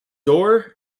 door